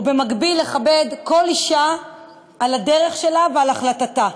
ובמקביל, לכבד כל אישה על הדרך שלה ועל החלטתה.